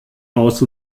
aus